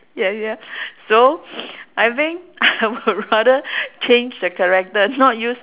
ya ya so I think I would rather change the character not use